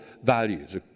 values